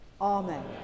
Amen